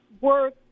work